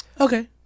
Okay